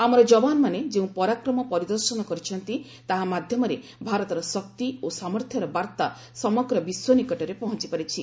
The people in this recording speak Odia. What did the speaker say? ଆମର ଯବାନମାନେ ଯେଉଁ ପରାକ୍ରମ ପରିଦର୍ଶନ କରିଛନ୍ତି ତାହା ମାଧ୍ୟମରେ ଭାରତର ଶକ୍ତି ଓ ସାମର୍ଥ୍ୟର ବାର୍ତ୍ତା ସମଗ୍ର ବିଶ୍ୱ ନିକଟରେ ପହଞ୍ଚ ପାରିଛି